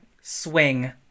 swing